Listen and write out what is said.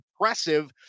impressive